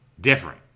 different